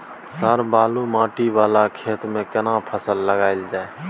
Sir बालू माटी वाला खेत में केना फसल लगायल जाय?